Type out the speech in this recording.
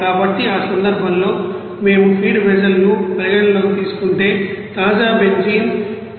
కాబట్టి ఆ సందర్భంలో మేము ఫీడ్ వెసల్ ను పరిగణనలోకి తీసుకుంటే తాజా బెంజీన్ 178